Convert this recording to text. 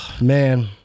Man